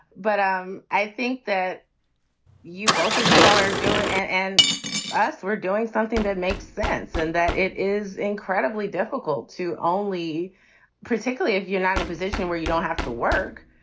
but um i think that you both of you are doing and and us, we're doing something that makes sense and that it is incredibly difficult to only particularly if you're not in a position where you don't have to work,